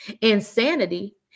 Insanity